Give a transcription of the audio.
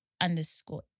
underscore